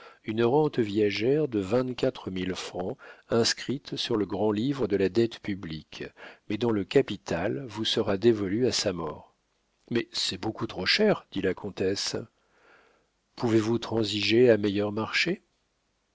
une rente viagère de vingt-quatre mille francs inscrite sur le grand-livre de la dette publique mais dont le capital vous sera dévolu à sa mort mais c'est beaucoup trop cher dit la comtesse pouvez-vous transiger à meilleur marché